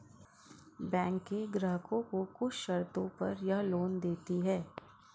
बैकें ग्राहकों को कुछ शर्तों पर यह लोन देतीं हैं